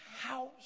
house